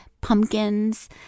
pumpkins